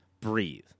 breathe